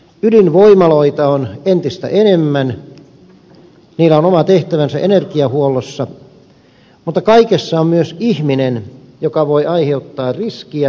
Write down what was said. ydinvoimaloita on entistä enemmän niillä on oma tehtävänsä energiahuollossa mutta kaikessa on myös ihminen joka voi aiheuttaa riskiä